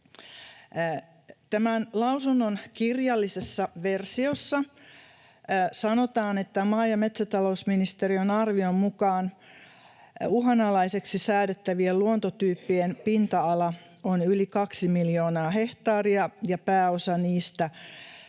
Tämän lausunnon kirjallisessa versiossa sanotaan, että maa- ja metsätalousministeriön arvion mukaan uhanalaiseksi säädettävien luontotyyppien pinta-ala on yli kaksi miljoonaa hehtaaria ja pääosa siitä